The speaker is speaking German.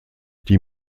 die